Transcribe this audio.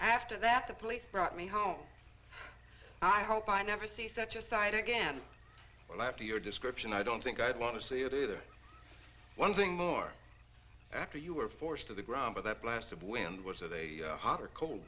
after that the police brought me home i hope i never see such a sight again well after your description i don't think i'd want to see it either one thing more after you were forced to the ground by that blast of wind was it a hot or cold